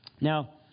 Now